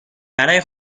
برای